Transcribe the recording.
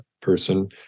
person